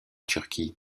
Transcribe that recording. turquie